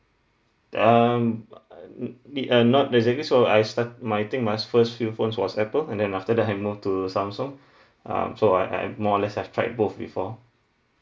um it uh not exactly so I start I think my first few phones was Apple and then after that I move to Samsung um so I I more or less have tried both before